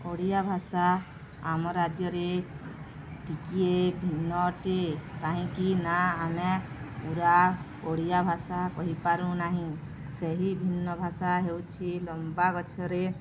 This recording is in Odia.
ଓଡ଼ିଆ ଭାଷା ଆମ ରାଜ୍ୟରେ ଟିକଏ ଭିନ୍ନ ଅଟେ କାହିଁକିନା ଆମେ ପୁରା ଓଡ଼ିଆ ଭାଷା କହିପାରୁନାହିଁ ସେହି ଭିନ୍ନ ଭାଷା ହେଉଛି ଲମ୍ବା ଗଛରେ